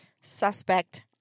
Suspect